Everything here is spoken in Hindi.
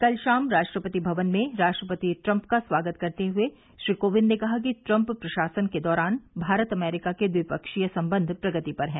कल शाम राष्ट्रपति भवन में राष्ट्रपति ट्रम्प का स्वागत करते हुए श्री कोविंद ने कहा कि ट्रम्प प्रशासन के दौरान भारत अमरीका के द्विपक्षीय संबंध प्रगति पर हैं